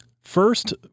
first